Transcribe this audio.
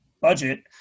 budget